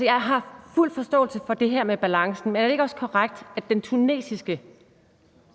jeg har fuld forståelse for det her med balancen. Men er det ikke også korrekt, at den tunesiske